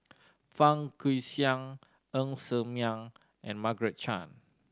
Fang Guixiang Ng Ser Miang and Margaret Chan